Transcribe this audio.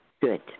Good